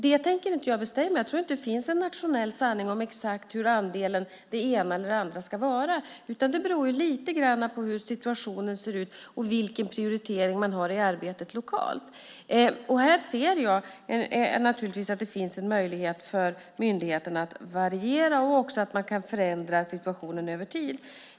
Det tänker jag inte bestämma. Jag tror inte att det finns någon nationell sanning om hur det ena eller andra exakt ska vara. Det beror på hur situationen ser ut och vilken prioritering man har i arbetet lokalt. Här ser jag att det finns möjligheter för myndigheterna att variera och också förändra situationen över tid.